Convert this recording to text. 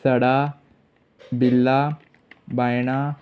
सडा बिरला बायणां